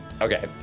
Okay